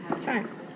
time